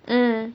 mm